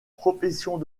professions